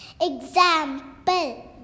Example